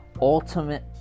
ultimate